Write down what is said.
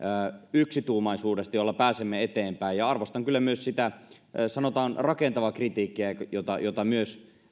yksituumaisuudesta jolla pääsemme eteenpäin ja arvostan kyllä myös sitä sanotaan rakentavaa kritiikkiä jota jota myös